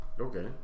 Okay